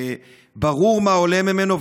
וברור מה עולה ממנו,